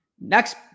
next